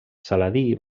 saladí